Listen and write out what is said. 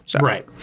Right